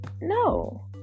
no